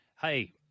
hey